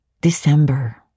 December